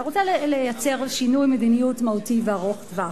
אתה רוצה לייצר שינוי מדיניות מהותי וארוך-טווח.